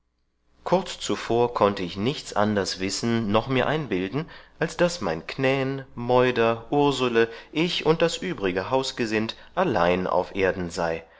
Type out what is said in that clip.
kurz zuvor konnte ich nichts anders wissen noch mir einbilden als daß mein knän meuder ursele ich und das übrige hausgesind allein auf erden sei